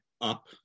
up